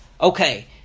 Okay